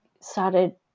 started